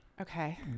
Okay